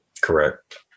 Correct